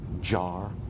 jar